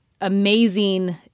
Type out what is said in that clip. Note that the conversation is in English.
amazing